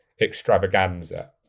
extravaganza